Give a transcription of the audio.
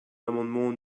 l’amendement